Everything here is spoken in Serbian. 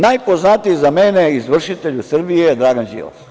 Najpoznatiji za mene izvršitelj u Srbiji Dragan Đilas.